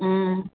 ம்